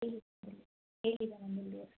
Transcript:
ಇಲ್ಲ ಇಲ್ಲ ಇಲ್ಲ ಇಲ್ಲ ನಮ್ಮಲ್ಲಿ